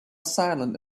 silent